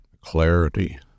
clarity